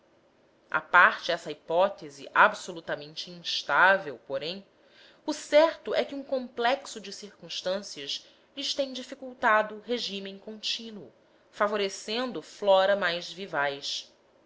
à parte essa hipótese absolutamente instável porém o certo é que um complexo de circunstâncias lhes tem dificultado regime contínuo favorecendo flora mais vivaz